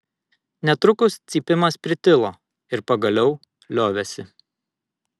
netrukus cypimas pritilo ir pagaliau liovėsi